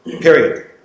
period